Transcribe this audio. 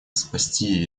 спасти